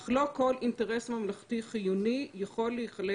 אך לא כל אינטרס ממלכתי חיוני יכול להיכלל